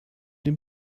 dem